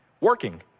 working